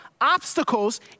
Obstacles